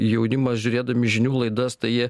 jaunimas žiūrėdami žinių laidas tai jie